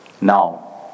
Now